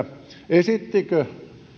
esittikö